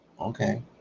Okay